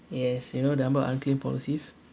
yes you know the number of unclaimed policies